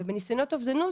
ובניסיונות אובדנות,